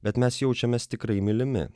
bet mes jaučiamės tikrai mylimi